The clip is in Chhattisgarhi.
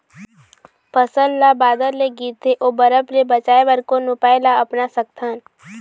फसल ला बादर ले गिरथे ओ बरफ ले बचाए बर कोन उपाय ला अपना सकथन?